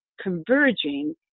converging